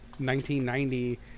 1990